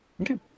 okay